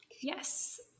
Yes